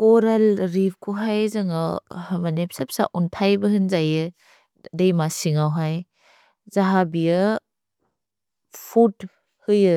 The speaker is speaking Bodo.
कोरल् रिव्कु है, जन्ग, बने, प्सेप्स ओन्थै बेहुन् जैये दैम सिन्गौ है। जह बिअ फूद् होइये